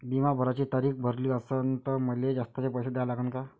बिमा भराची तारीख भरली असनं त मले जास्तचे पैसे द्या लागन का?